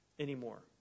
Anymore